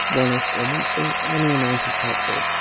one-off or monthly, any amount is helpful.